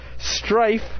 Strife